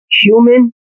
human